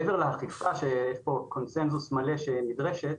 מעבר לאכיפה בחוק בקונצנזוס מלא שנדרשת,